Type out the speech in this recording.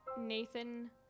Nathan